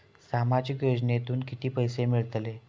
सामाजिक योजनेतून किती पैसे मिळतले?